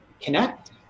connect